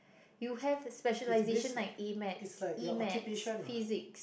you have specialisation like A-maths E-maths physics